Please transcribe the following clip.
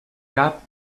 cap